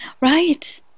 Right